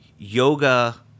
Yoga